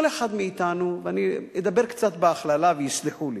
כל אחד מאתנו, ואני אדבר קצת בהכללה, ויסלחו לי,